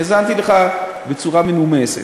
האזנתי לך בצורה מנומסת.